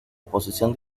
oposición